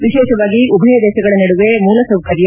ವಿಶೇಷವಾಗಿ ಉಭಯ ದೇಶಗಳ ನಡುವೆ ಮೂಲಸೌಕರ್ಲ